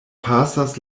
pasas